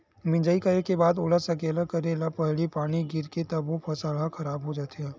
मिजई करे के बाद ओला सकेला करे ले पहिली पानी गिरगे तभो फसल ह खराब हो जाथे